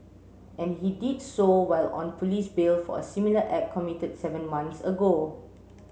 and he did so while on police bail for a similar act committed seven months ago